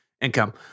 income